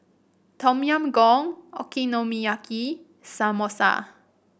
Tom Yam Goong Okonomiyaki Samosa